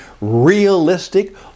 realistic